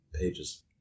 pages